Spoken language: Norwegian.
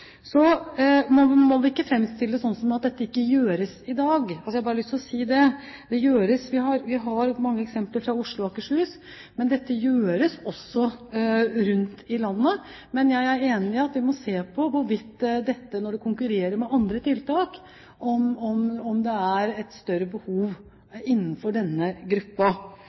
må vi ikke framstille det som om dette ikke gjøres i dag. Jeg har bare lyst til å si at vi har mange eksempler fra Oslo og Akershus, men at dette også gjøres rundt i landet. Jeg er enig i at vi, når det konkurrerer med andre tiltak, må se på hvorvidt det er et større behov innenfor denne